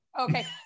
Okay